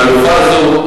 חלופה זו,